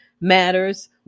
matters